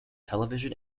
television